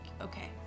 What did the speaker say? okay